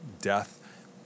death